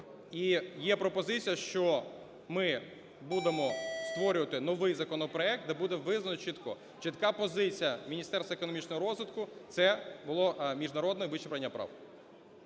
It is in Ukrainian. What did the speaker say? є пропозиція, що ми будемо створювати новий законопроект, де буде визначено чітко чітка позиція Міністерства економічного розвитку. Це було міжнародне вичерпання прав.